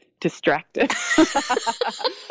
distracted